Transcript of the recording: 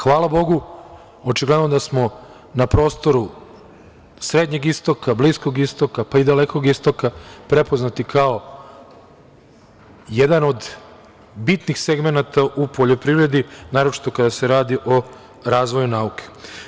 Hvala Bogu, očigledno da smo na prostoru srednjeg istoga, Bliskog istoka, pa i Dalekog istoka prepoznati kao jedan od bitnih segmenata u poljoprivredi, naročito kada se radi o razvoju nauke.